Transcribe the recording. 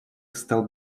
стал